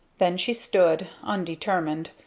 then she stood, undetermined,